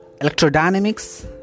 electrodynamics